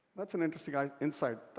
that's an interesting ah insight.